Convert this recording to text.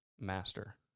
Master